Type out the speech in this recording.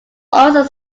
always